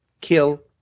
kill